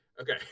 Okay